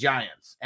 Giants